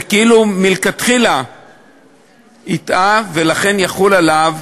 זה כאילו מלכתחילה הטעה, ולכן יחול עליו